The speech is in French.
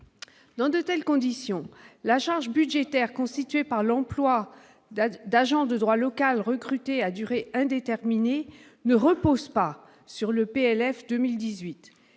Dans de telles conditions, la charge budgétaire constituée par l'emploi d'agents de droit local, recrutés à durée indéterminée ne repose pas sur le projet